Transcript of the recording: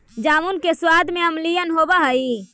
जामुन के सबाद में अम्लीयन होब हई